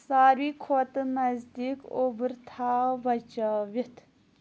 ساروٕے کھۄتہٕ نزدیک اُوبر تھاو بچٲوِتھ